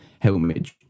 helmet